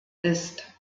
ist